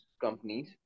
companies